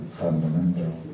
fundamental